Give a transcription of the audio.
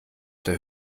der